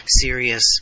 serious